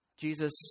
Jesus